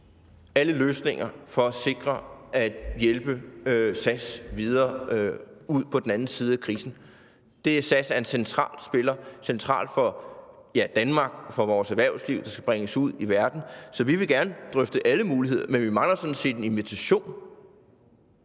alle løsninger, for at sikre at hjælpe SAS videre ud på den anden side af krisen. SAS er en central spiller, central for Danmark og central for vores erhvervsliv, når det skal bringes ud i verden, så vi vil gerne drøfte alle muligheder. Men vi mangler sådan set en invitation